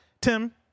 tim